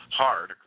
hard